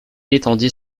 étendit